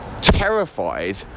terrified